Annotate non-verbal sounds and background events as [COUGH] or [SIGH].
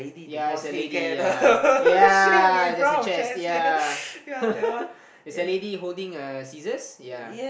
ya it's a lady ya ya there's a chest ya [LAUGHS] there's a lady holding a scissors ya